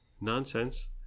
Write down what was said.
nonsense